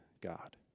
God